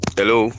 hello